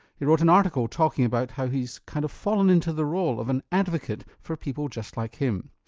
he wrote an article talking about how he's kind of fallen into the role of an advocate for people just like him.